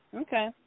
Okay